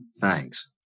Thanks